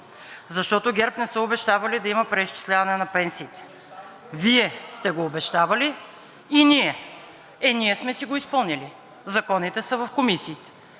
Защото ГЕРБ не са обещавали да има преизчисляване на пенсиите. Вие сте го обещавали и ние. Е, ние сме си го изпълнили. Законите са в комисиите,